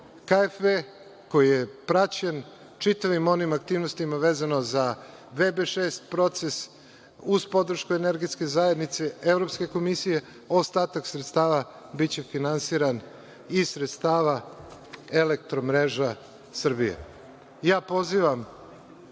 KfW, koji je praćen čitavim onim aktivnostima vezano za „VB6 proces“, uz podršku Energetske zajednice, Evropske komisije, a ostatak sredstava biće finansiran iz sredstava „Eelektromreža Srbije“.Pozivam